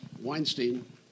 Weinstein